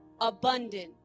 abundant